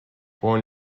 born